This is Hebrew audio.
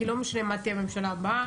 כי לא משנה מה תהיה הממשלה הבאה,